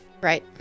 Right